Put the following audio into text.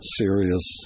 serious